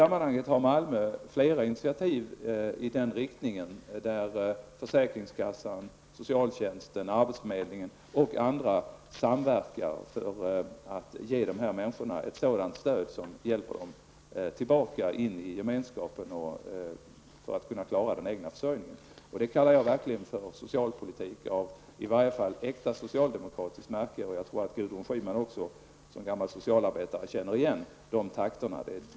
Man har i Malmö tagit flera initiativ i den riktningen, på så sätt att försäkringskassan, socialtjänsten, arbetsförmedlingen och andra samverkar för att ge dessa människor ett stöd som hjälper dem tillbaka in i gemenskapen och som gör det möjligt för dem att klara den egna försörjningen. Detta är vad jag skulle vilja kalla en socialpolitik av i varje fall äkta socialdemokratiskt märke, och jag tror att också Gudrun Schyman -- som gammal socialarbetare -- känner igen de takterna.